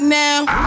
now